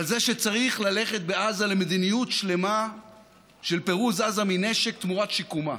על זה שצריך ללכת בעזה למדיניות שלמה של פירוז עזה מנשק תמורת שיקומה,